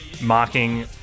mocking